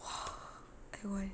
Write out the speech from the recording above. !wah! I want